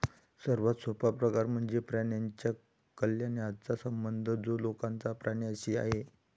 सर्वात सोपा प्रकार म्हणजे प्राण्यांच्या कल्याणाचा संबंध जो लोकांचा प्राण्यांशी आहे